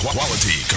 Quality